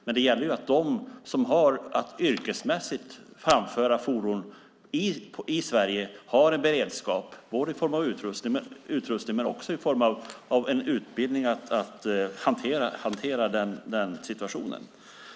Men det gäller att de som har att yrkesmässigt framföra fordon i Sverige har beredskap i form av utrustning och utbildning att hantera situationen.